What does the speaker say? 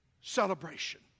celebration